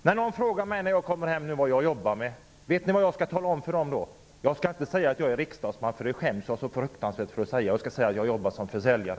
Vet ni vad jag skall säga om någon frågar mig vad jag jobbar med nu när jag kommer hem? Jag skall inte säga att jag är riksdagsman; det skäms jag för mycket för att säga. I stället skall jag säga att jag jobbar som försäljare.